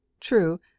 true